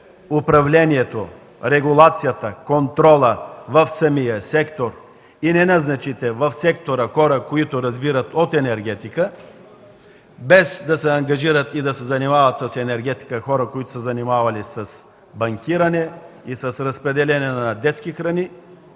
управлението, регулацията и контрола в сектора и не назначите в него хора, които разбират от енергетика, без да се заангажират и да се занимават с енергетика хора, които са се занимавали с банкиране и разпределение на детски храни,